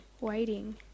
Waiting